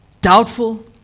Doubtful